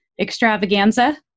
extravaganza